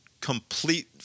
complete